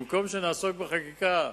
במקום שנעסוק בחקיקה,